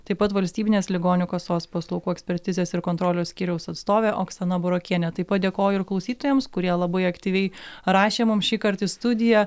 taip pat valstybinės ligonių kasos paslaugų ekspertizės ir kontrolės skyriaus atstovė oksana burokienė taip pat dėkoju ir klausytojams kurie labai aktyviai rašė mums šįkart į studiją